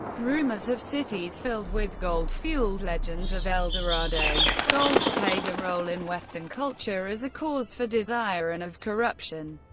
rumors of cities filled with gold fueled legends of el dorado. gold played a role in western culture, as a cause for desire and of corruption,